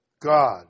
God